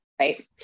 Right